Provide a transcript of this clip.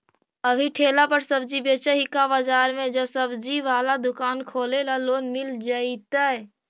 अभी ठेला पर सब्जी बेच ही का बाजार में ज्सबजी बाला दुकान खोले ल लोन मिल जईतै?